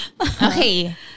okay